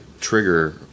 trigger